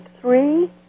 three